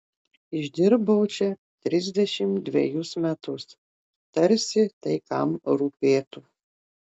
išdirbau čia trisdešimt dvejus metus tarsi tai kam rūpėtų